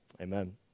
amen